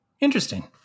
Interesting